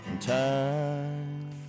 time